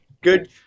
good